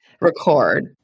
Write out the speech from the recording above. record